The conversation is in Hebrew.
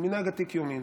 הוא מנהג עתיק יומין